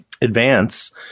advance